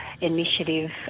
initiative